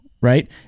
right